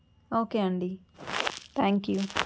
okay అండి thank you